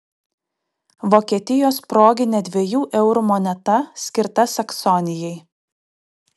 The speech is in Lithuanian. vokietijos proginė dviejų eurų moneta skirta saksonijai